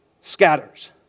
scatters